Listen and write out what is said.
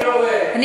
אני לא רואה,